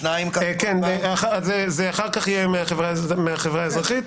זה מהחברה האזרחית